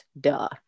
Duh